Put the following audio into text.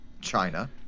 china